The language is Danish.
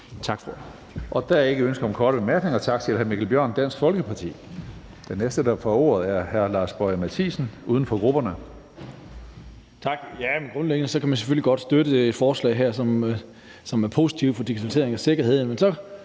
Hønge): Der er ikke ønske om korte bemærkninger. Tak til hr. Mikkel Bjørn, Dansk Folkeparti. Den næste, der får ordet, er hr. Lars Boje Mathiesen, uden for grupperne. Kl. 17:27 (Privatist) Lars Boje Mathiesen (UFG): Tak. Grundlæggende kan man selvfølgelig godt støtte et forslag, som er positivt for digitaliseringen og sikkerheden,